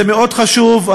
זה מאוד חשוב,